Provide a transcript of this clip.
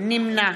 נמנע